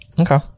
okay